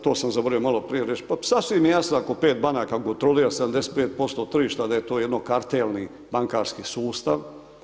To sam zaboravio maloprije reći, pa sasvim je jasno ako 5 banaka kontrolira 75% tržišta da je to jedno kartelni bankarski sustavni.